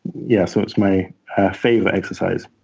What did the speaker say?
yeah, so it's my favorite exercise.